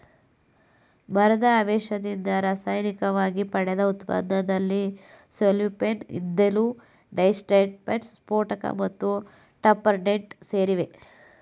ಮರದ ಅವಶೇಷದಿಂದ ರಾಸಾಯನಿಕವಾಗಿ ಪಡೆದ ಉತ್ಪನ್ನದಲ್ಲಿ ಸೆಲ್ಲೋಫೇನ್ ಇದ್ದಿಲು ಡೈಸ್ಟಫ್ ಸ್ಫೋಟಕ ಮತ್ತು ಟರ್ಪಂಟೈನ್ ಸೇರಿವೆ